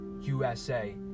USA